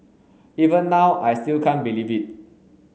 even now I still can't believe it